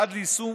עד ליישום